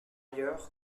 ailleurs